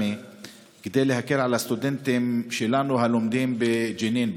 כדי להקל על הסטודנטים שלנו הלומדים בג'נין,